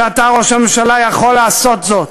ואתה, ראש הממשלה, יכול לעשות זאת.